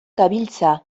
gabiltza